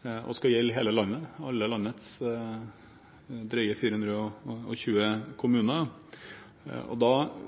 og skal gjelde hele landet og dets drøyt 420 kommuner. Da